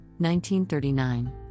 1939